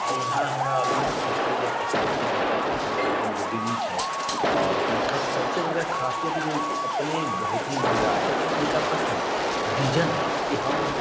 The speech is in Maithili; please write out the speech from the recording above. आ यहाँ हमरा अभी जे सभसँ पसन्दीदा जे नेता छथि ओ नरेन्द्र मोदीजी छथि आओर हुनकर सभसँ बड़का खासियत एगो अपने बहुत ही इमानदार छथिन आओर हुनकर पास विजन है कि हम